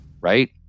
right